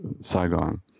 Saigon